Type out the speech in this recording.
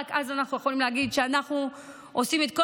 רק אז אנחנו יכולים להגיד שאנחנו עושים את כל